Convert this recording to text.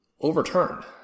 overturned